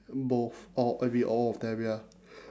both all every all of them ya